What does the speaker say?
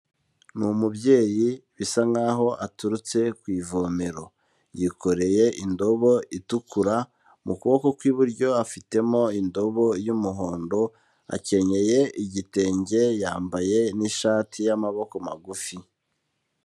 Ni umubyeyi bisa nkaho aturutse ku ivomero, yikoreye indobo itukura, mu kuboko kw'iburyo afitemo indobo y'umuhondo, akenyeye igitenge, yambaye n'ishati y'amaboko magufi.